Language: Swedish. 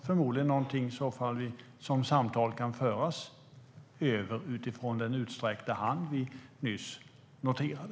Förmodligen kan samtal föras utifrån den utsträckta hand som vi nyss noterade.